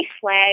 flag